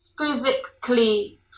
physically